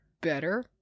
better